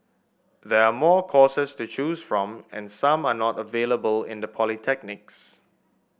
there are more courses to choose from and some are not available in the polytechnics